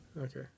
okay